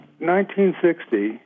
1960